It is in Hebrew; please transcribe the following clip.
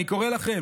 אני קורא לכם,